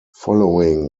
following